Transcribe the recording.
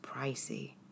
pricey